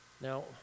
Now